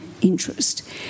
interest